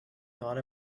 thought